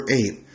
eight